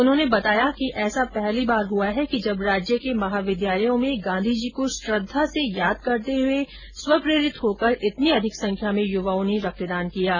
उन्होंने बताया कि ऐसा पहली बार हुआ है कि जब राज्य के महाविद्यालयों मे गांधीजी को श्रद्धा से स्मरण करते हुए स्वप्रेरित होकर इतनी अधिक संख्या में युवाओं ने रक्तदान किया है